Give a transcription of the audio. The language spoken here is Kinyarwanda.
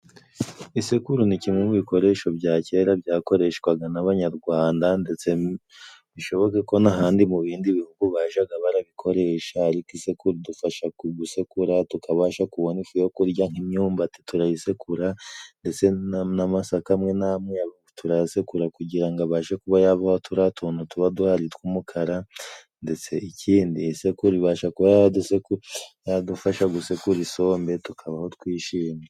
Isekuru ni kimwe mu bikoresho bya kera byakoreshwaga n'abanyarwanda ndetse bishoboke ko ntahandi mu bindi bihugu bajyaga barabikoresha, ariko isekuru kudufasha gusekura tukabasha kubona uko turya nk'imyumbati, turayisekura ndetse n'amasaka amwe namwe turayasekura, kugira ngo abashe kuba yavamo turiya tuntu tuba duhari tw'umukara, ndetse ikindi isekuru idufasha kuba yadufasha gusekura isombe tukabaho twishimye.